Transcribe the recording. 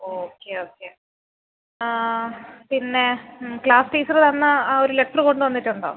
okay okay പിന്നെ class teacher തന്ന ആ ഒരു ലെറ്ററ് കൊണ്ട് വന്നിട്ടുണ്ടോ